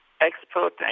expert